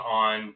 on